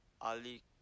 Ali